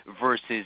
versus